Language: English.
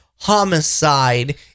homicide